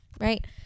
right